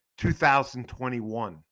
2021